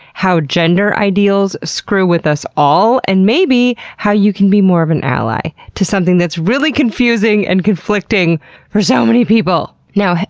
how gender ideals screw with us all. and maybe, how you can be more of an ally to something that's really confusing and conflicting for so many people! now,